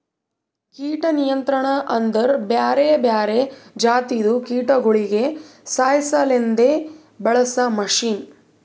ಕೀಟ ನಿಯಂತ್ರಣ ಅಂದುರ್ ಬ್ಯಾರೆ ಬ್ಯಾರೆ ಜಾತಿದು ಕೀಟಗೊಳಿಗ್ ಸಾಯಿಸಾಸಲೆಂದ್ ಬಳಸ ಮಷೀನ್